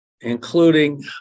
including